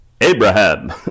Abraham